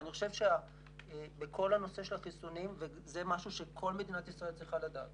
אני חושב שבכל הנושא של החיסונים וזה משהו שכל מדינת ישראל צריכה לדעת